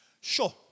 sure